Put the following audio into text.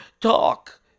talk